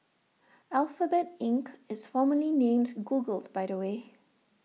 Alphabet Inc is formerly named Google by the way